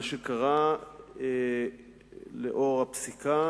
מה שקרה לאור הפסיקה